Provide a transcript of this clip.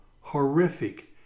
horrific